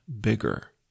bigger